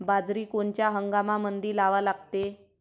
बाजरी कोनच्या हंगामामंदी लावा लागते?